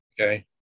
Okay